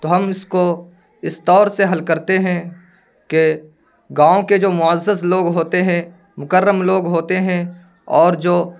تو ہم اس کو اس طور سے حل کرتے ہیں کہ گاؤں کے جو معزز لوگ ہوتے ہیں مکرم لوگ ہوتے ہیں اور جو